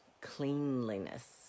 cleanliness